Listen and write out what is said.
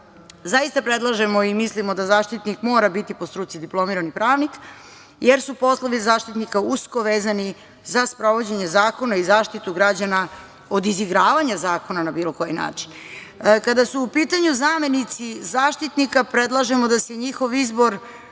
Zaista, predlažemo i mislimo da Zaštitnik mora biti po struci diplomirani pravnik, jer su poslovi Zaštitnika usko vezani za sprovođenje zakona i zaštitu građana od izigravanja zakona na bilo koji način. Kada su u pitanju zamenici Zaštitnika, predlažemo da se njihov izbor